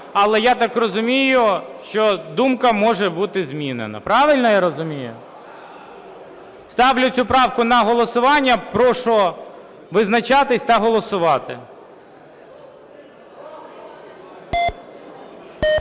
але я так розумію, що думку може бути змінена. Правильно я розумію? Ставлю цю правку на голосування. Прошу визначатись та голосувати.